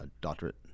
doctorate